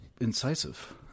Incisive